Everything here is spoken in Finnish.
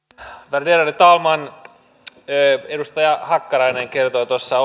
värderade talman edustaja hakkarainen kertoi tuossa